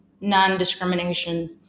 non-discrimination